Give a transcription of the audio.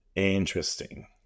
Interesting